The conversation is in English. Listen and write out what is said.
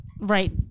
right